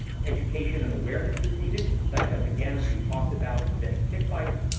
education and awareness is needed, such as, again, as we talked about preventing tick bites.